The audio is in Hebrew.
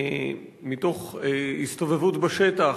מתוך הסתובבות בשטח,